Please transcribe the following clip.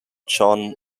john